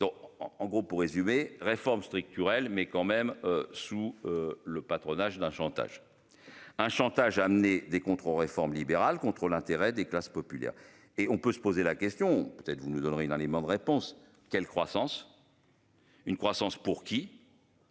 en gros, pour résumer réforme stricte Turrell mais quand même sous. Le patronage d'un chantage. Un chantage amener des contre-réformes libérales contre l'intérêt des classes populaires et on peut se poser la question peut-être vous nous donnerez dans les modes réponse quelle croissance. Une croissance pour qui.